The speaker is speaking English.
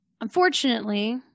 unfortunately